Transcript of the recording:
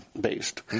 based